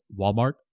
Walmart